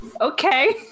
Okay